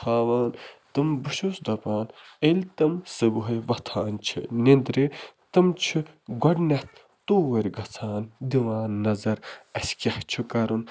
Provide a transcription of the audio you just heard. تھاوان تِم بہٕ چھُس دَپان ییٚلہِ تِم صُبحٲے وۄتھان چھِ نیٚنٛدرِ تِم چھِ گۄڈنٮ۪تھ توٗرۍ گَژھان دِوان نظر اَسہِ کیٛاہ چھُ کَرُن